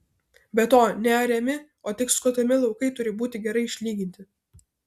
be to neariami o tik skutami laukai turi būti gerai išlyginti